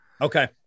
Okay